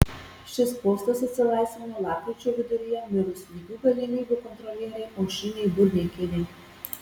šis postas atsilaisvino lapkričio viduryje mirus lygių galimybių kontrolierei aušrinei burneikienei